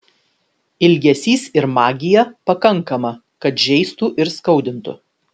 ilgesys ir magija pakankama kad žeistų ir skaudintų